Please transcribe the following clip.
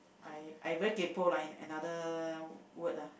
I I very kaypo lah in another word ah